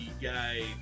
guy